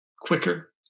quicker